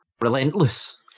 relentless